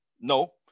No